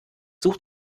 such